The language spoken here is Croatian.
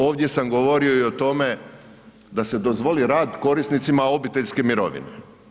Ovdje sam govorio i o tome da se dozvoli rad korisnicima obiteljske mirovine.